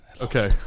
Okay